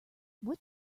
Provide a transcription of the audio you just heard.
what